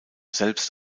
selbst